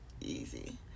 easy